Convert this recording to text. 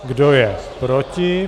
Kdo je proti?